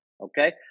Okay